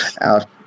out